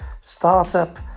Startup